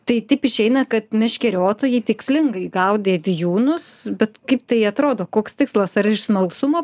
tai taip išeina kad meškeriotojai tikslingai gaudė vijūnus bet kaip tai atrodo koks tikslas ar iš smalsumo